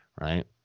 right